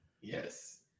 yes